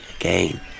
again